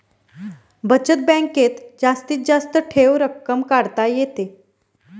बचत बँकेत जास्तीत जास्त ठेव रक्कम काढता येते